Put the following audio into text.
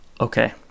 okay